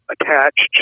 attached